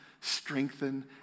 strengthen